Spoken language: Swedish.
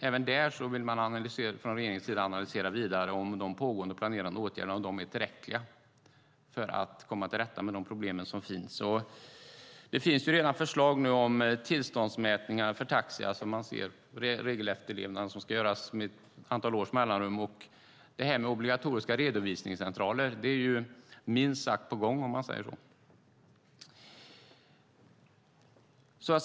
Även där vill man från regeringens sida analysera vidare om de pågående och planerade åtgärderna är tillräckliga för att komma till rätta med de problem som finns. Det finns redan förslag om tillståndsmätningar för taxi - man ser alltså på regelefterlevnaden - som ska göras med ett antal års mellanrum. Och det här med obligatoriska redovisningscentraler är minst sagt på gång, om man säger så.